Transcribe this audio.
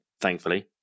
thankfully